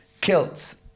Kilts